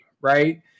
right